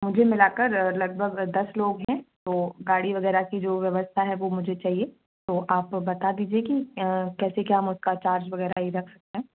मुझे मिलाकर लगभग दस लोग हैं तो गाड़ी वगैरह की जो व्यवस्था है वो मुझे चाहिए तो आप बता दीजिए कि कैसे क्या हम उसका चार्ज वगैरह ई रख सकते हैं